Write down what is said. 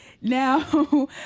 Now